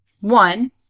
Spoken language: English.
One